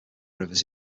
rivers